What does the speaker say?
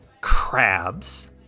crabs